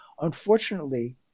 Unfortunately